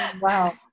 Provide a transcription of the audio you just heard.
Wow